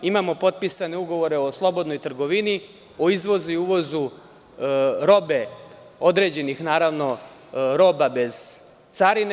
Imamo potpisane ugovore o slobodnoj trgovini, o izvozu i uvozu robe određenih bez carine.